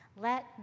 Let